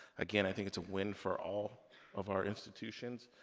again, i think it's a win for all of our institutions.